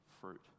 fruit